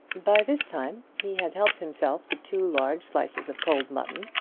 by this time he had helped himself to two large slices of cold mutton,